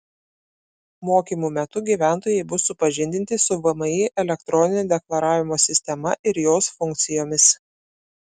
mokymų metu gyventojai bus supažindinti su vmi elektroninio deklaravimo sistema ir jos funkcijomis